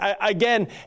again